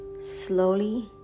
slowly